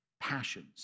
Passions